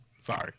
Sorry